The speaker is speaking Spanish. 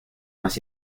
más